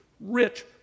Rich